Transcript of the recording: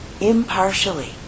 impartially